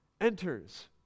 enters